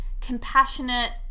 compassionate